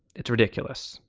it's ridiculous.